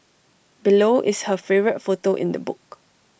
below is her favourite photo in the book